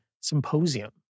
symposium